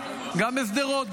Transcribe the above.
גם בשדרות,